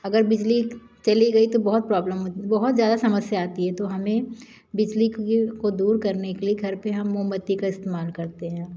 अगर बिजली चली गई तो बहुत प्रॉब्लम हो बहुत ज़्यादा समस्या आती है तो हमें बिजली को दूर करने के लिए घर पर हम मोमबत्ती का इस्तेमाल करते हैं